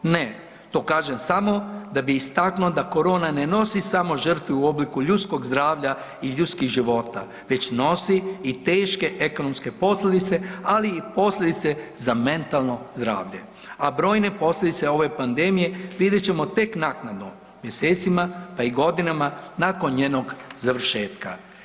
Ne, to kažem samo da bih istaknuo da korona ne nosi samo žrtve u obliku ljudskog zdravlja i ljudskih života već nosi i teške ekonomske posljedice, ali i posljedice za mentalno zdravlje, a brojne posljedice ove pandemije vidjet ćemo tek naknadno mjesecima, pa i godinama nakon njenog završetka.